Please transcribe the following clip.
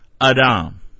Adam